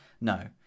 no